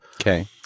Okay